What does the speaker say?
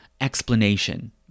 explanation